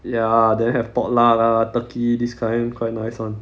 ya they have potluck ah turkey this kind quite nice [one]